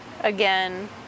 Again